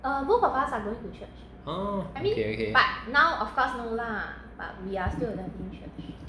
oh okay okay